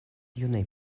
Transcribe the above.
junaj